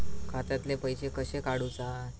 खात्यातले पैसे कशे काडूचा?